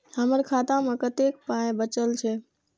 हमर खाता मे कतैक पाय बचल छै